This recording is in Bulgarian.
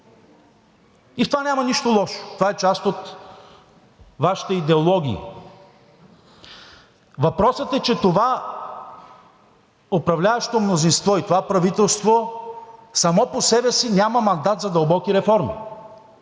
И в това няма нищо лошо, това е част от Вашата идеология. Въпросът е, че това управляващо мнозинство и това правителство само по себе си няма мандат за дълбоки реформи,